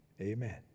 Amen